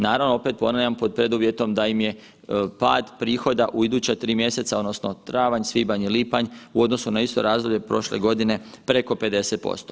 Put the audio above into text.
Naravno, opet ponavljam pod preduvjetom da im je pad prihoda u iduća 3 mjeseca odnosno travanj, svibanj i lipanj u odnosu na isto razdoblje prošle godine preko 50%